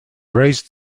erased